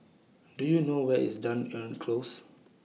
Do YOU know Where IS Dunearn Close